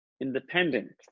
independent